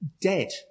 dead